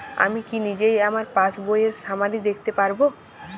আমি কি নিজেই আমার পাসবইয়ের সামারি দেখতে পারব?